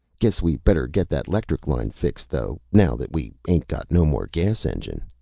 guess we better get that lectric line fixed though, now that we ain't got no more gas engine.